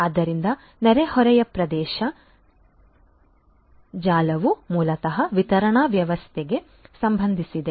ಆದ್ದರಿಂದ ನೆರೆಹೊರೆಯ ಪ್ರದೇಶ ಜಾಲವು ಮೂಲತಃ ವಿತರಣಾ ವ್ಯವಸ್ಥೆಗೆ ಸಂಬಂಧಿಸಿದೆ